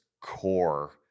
core